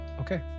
Okay